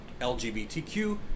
LGBTQ